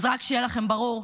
אז רק שיהיה לכם ברור,